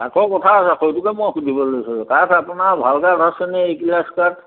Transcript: কাঠৰ কথা আছে সেইটোকে মই সুধিবলৈ লৈছিলোঁ কাঠ আপোনাৰ ভাল কাঠ আছেনে কাঠ